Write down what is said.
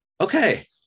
okay